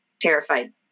terrified